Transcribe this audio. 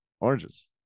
oranges